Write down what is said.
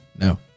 No